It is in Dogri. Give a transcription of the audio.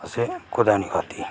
असें कुतै नेईं खाद्धी